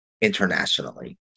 internationally